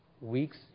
weeks